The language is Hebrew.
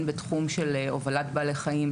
הן בתחום של הובלת בעלי חיים,